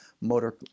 motor